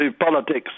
politics